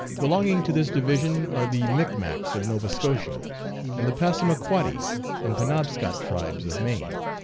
belonging to this division are the micmacs of nova scotia and the passamaquoddy and penobscot tribes of maine,